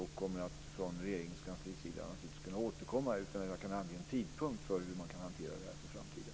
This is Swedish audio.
Vi ska från Regeringskansliets sida återkomma - utan att jag kan ange en tidpunkt för hur frågan ska hanteras i framtiden.